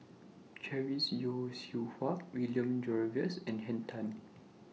Chris Yeo Siew Hua William Jervois and Henn Tan